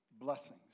blessings